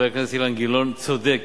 ידידי חבר הכנסת אילן גילאון צודק